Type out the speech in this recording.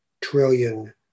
trillion